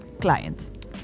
client